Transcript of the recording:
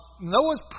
Noah's